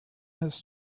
his